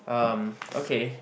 um okay